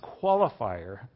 qualifier